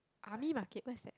army market where's that